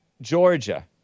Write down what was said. Georgia